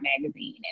Magazine